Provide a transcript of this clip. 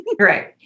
Right